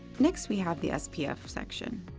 next we have the spf section.